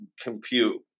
compute